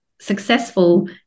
successful